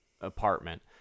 apartment